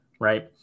right